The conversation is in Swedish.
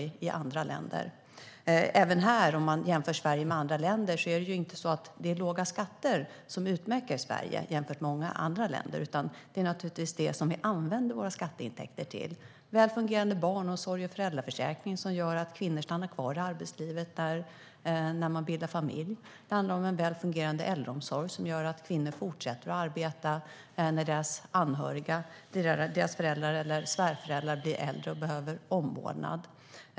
Om vi jämför kvinnors deltagande på arbetsmarknaden i Sverige med många andra länder kan vi se att det inte är låga skatter som utmärker Sverige, utan det är det vi använder våra skatteintäkter till. Väl fungerande barnomsorg och föräldraförsäkring leder till att kvinnor stannar kvar i arbetslivet när de bildar familj. Väl fungerande äldreomsorg leder till att kvinnor fortsätter arbeta även när deras föräldrar eller svärföräldrar blir äldre och behöver omvårdnad.